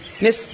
Miss